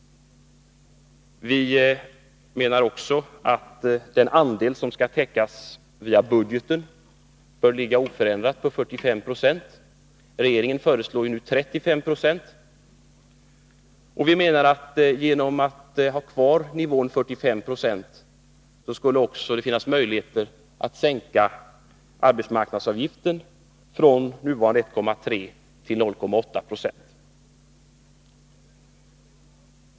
Vi anser också att den andel som skall täckas via budgeten bör ligga oförändrad på 45 Jo — regeringen föreslår ju 35 26. Vi menar att genom att man har kvar nivån 45 96 skulle det också finnas möjligheter att sänka arbetsmarknadsavgiften från nuvarande 1,3 till 0,8 2.